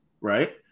Right